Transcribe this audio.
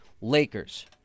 Lakers